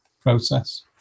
process